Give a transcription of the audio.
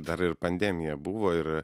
dar ir pandemija buvo ir